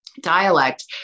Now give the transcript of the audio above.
dialect